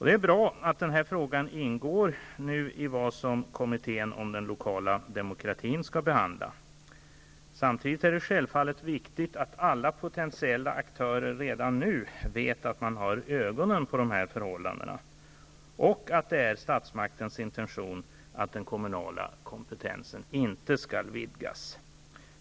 Det är bra att denna fråga ingår i det material som skall behandlas av kommittén om den lokala demokratin. Samtidigt är det självfallet viktigt att alla potentiella aktörer redan nu vet att statsmakten har ögonen på dessa förhållanden och att det är statsmaktens intention att den kommunala kompetensen inte skall vidgas.